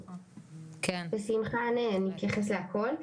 בשמחה אני אתייחס להכל.